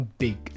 big